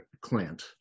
Clint